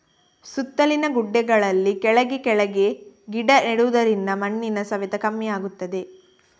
ಸುತ್ತಲಿನ ಗುಡ್ಡೆಗಳಲ್ಲಿ ಕೆಳಗೆ ಕೆಳಗೆ ಗಿಡ ನೆಡುದರಿಂದ ಮಣ್ಣಿನ ಸವೆತ ಕಮ್ಮಿ ಆಗ್ತದೆ